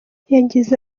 yagize